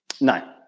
No